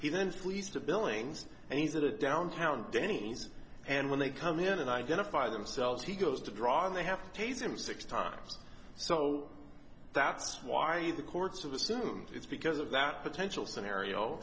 then flees to billings and he's at a downtown denny's and when they come in and identify themselves he goes to drive and they have to tase him six times so that's why the courts of assume it's because of that potential scenario